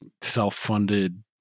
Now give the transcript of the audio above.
self-funded